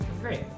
Great